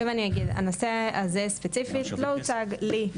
אגיד שוב, הנושא הזה ספציפית לא הוצג לי.